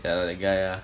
the that guy ah